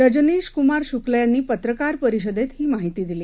रजनीश कुमार शुक्ल यांनी पत्रकार परिषदेत ही माहिती दिली